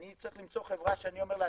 אני צריך למצוא חברה שאני אומר לה,